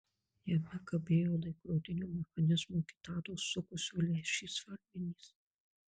jame kabėjo laikrodinio mechanizmo kitados sukusio lęšį svarmenys